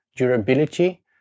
durability